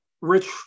rich